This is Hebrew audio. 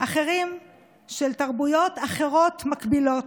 אחרים של תרבויות אחרות, מקבילות.